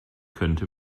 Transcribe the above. könnte